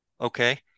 okay